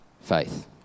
Faith